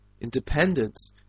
independence